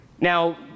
Now